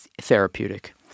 therapeutic